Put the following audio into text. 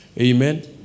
Amen